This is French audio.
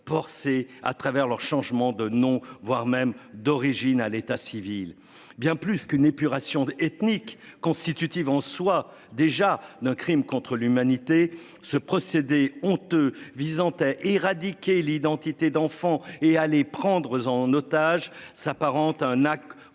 C'est à travers leur changement de nom, voire même d'origine à l'état civil, bien plus qu'une épuration ethnique constitutive en soi déjà d'crimes contre l'humanité. Ce procédé honteux visant à éradiquer l'identité d'enfants et à les prendre en otage s'apparente à un acte